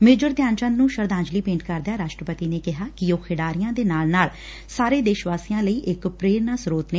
major Dhyan Chand ਨੂੰ ਸ਼ਰਧਾਂਜਲੀ ਭੇਂਟ ਕਰਦਿਆਂ ਰਾਸਟਰਪਤੀ ਨੇ ਕਿਹਾ ਕਿ ਉਹ ਖਿਡਾਰੀਆਂ ਦੇ ਨਾਲ ਨਾਲ ਸਾਰੇ ਦੇਸ਼ ਵਾਸੀਆਂ ਲਈ ਇਕ ਪ੍ਰੇਰਣਾ ਸਰੋਤ ਨੇ